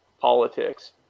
politics